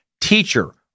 teacher